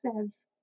says